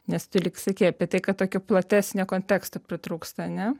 nes tu lyg sakei apie tai kad tokio platesnio konteksto pritrūksta ar ne